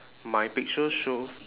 my picture shows